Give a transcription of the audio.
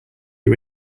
you